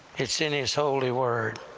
it's in his holy word.